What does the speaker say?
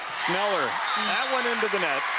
sneller, that went into the net